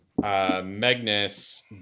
Magnus